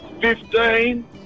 Fifteen